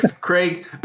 Craig